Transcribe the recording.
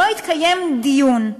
לא התקיים דיון.